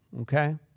okay